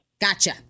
Gotcha